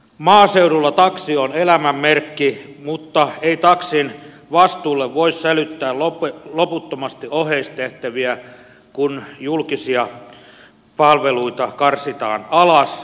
maaseudulla taksi on elämän merkki mutta ei taksin vastuulle voi sälyttää loputtomasti oheistehtäviä kun julkisia palveluita karsitaan alas